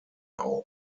auf